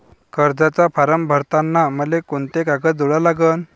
कर्जाचा फारम भरताना मले कोंते कागद जोडा लागन?